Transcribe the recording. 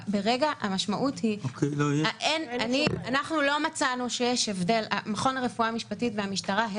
לא מצאנו שיש הבדל בין המכון לרפואה משפטית והמשטרה,